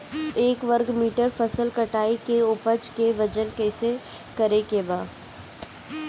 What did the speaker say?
एक वर्ग मीटर फसल कटाई के उपज के वजन कैसे करे के बा?